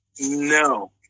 No